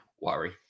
worry